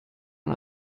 man